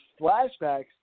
flashbacks